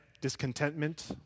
discontentment